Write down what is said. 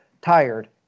tired